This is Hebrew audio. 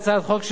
היא היסטורית,